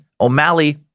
O'Malley